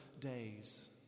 days